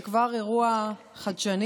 זה כבר אירוע חדשני.